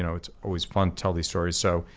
you know it's always fun to tell these stories. so,